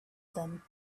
them